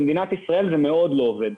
במדינת ישראל זה מאוד לא עובד.